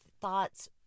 thoughts